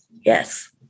Yes